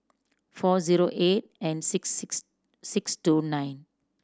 four zero eight and six six six two nine